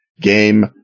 game